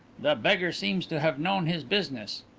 the beggar seems to have known his business.